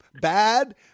bad